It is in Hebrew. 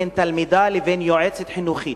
בין תלמידה לבין יועצת חינוכית,